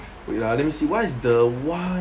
wait ah let me see what is the one